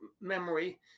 memory